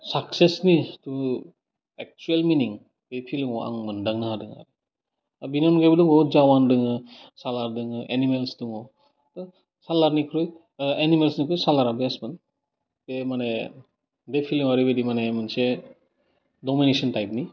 साखसेसनि जिथु एकसुयेल मिनिं बे फिलिमाव आं मोनदांनो हादोङो दा बेनि अनगायैबो दंबावो जवान दङो सालार दङो एनिमेल दङ दा सालारनिख्रुइ ओह एनिमेलसनिख्रुइ सालारना बेस्टमोन बे माने बे फिलिमआ ओरैबायदि मानि मोनसे दमिनेसन थाइफनि